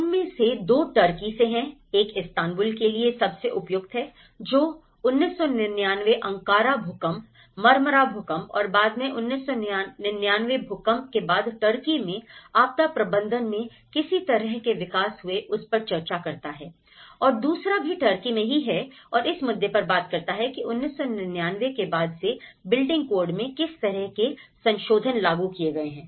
उनमें से दो टर्की से हैं एक इस्तांबुल के लिए सबसे उपयुक्त है जो 1999 अंकारा भूकंप मरमरा भूकंप और बाद में 1999 भूकंप के बाद टर्की में आपदा प्रबंधन में किस तरह के विकास हुए उस पर चर्चा करता है और दूसरा भी टर्की में ही है और इस मुद्दे पर बात करता है कि 1999 के बाद से बिल्डिंग कोड में किस तरह के संशोधन लागू किए गए हैं